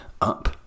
up